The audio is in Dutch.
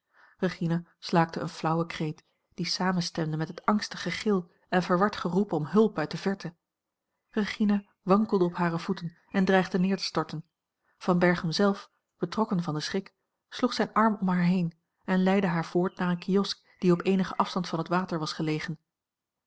regina slaakte een flauwen kreet die samenstemde met het angstig gegil en verward geroep om hulp uit de verte regina wankelde op hare voeten en dreigde neer te storten van berchem zelf betrokken van den schrik sloeg zijn arm om haar heen en leidde haar voort naar eene kiosk die op eenigen afstand van het water was gelegen